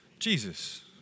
Jesus